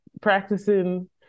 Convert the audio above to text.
practicing